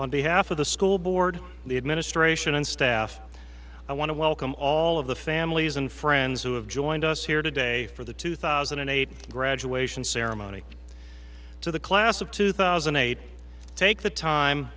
on behalf of the school board the administration and staff i want to welcome all of the families and friends who have joined us here today for the two thousand and eight graduation ceremony to the class of two thousand and eight take the time